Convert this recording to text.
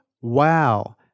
Wow